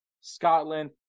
Scotland